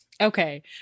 Okay